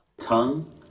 Tongue